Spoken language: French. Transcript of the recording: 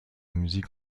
musique